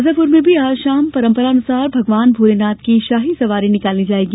शाजापुर में भी आज शाम परंपरानुसार भगवान भोलेनाथ की शाही सवारी निकाली जाएगी